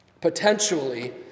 Potentially